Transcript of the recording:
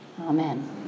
Amen